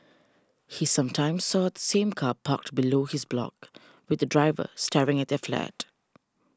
he sometimes saw the same car parked below his block with the driver staring at their flat